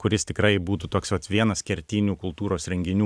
kuris tikrai būtų toks vat vienas kertinių kultūros renginių